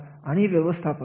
आणि हे असते अपेक्षित कार्य